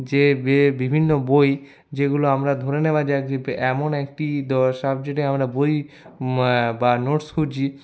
যে বিভিন্ন বই যেগুলো আমরা ধরে নেওয়া যায় যে এমন একটি সাবজেক্টে আমরা বই বা নোটস খুঁজচ্ছি